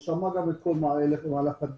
הוא גם שמע את כל מהלך הדיון.